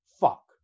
fuck